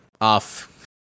off